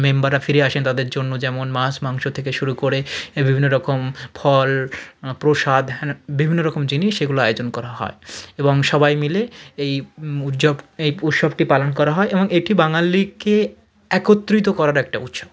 মেম্বাররা ফিরে আসেন তাদের জন্য যেমন মাছ মাংস থেকে শুরু করে বিভিন্ন রকম ফল প্রসাদ বিভিন্ন রকম জিনিস সেগুলো আয়োজন করা হয় এবং সবাই মিলে এই এই উৎসবটি পালন করা হয় এবং এটি বাঙালিকে একত্রিত করার একটা উৎসব